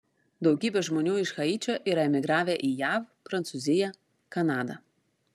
daugybė žmonių iš haičio yra emigravę į jav prancūziją kanadą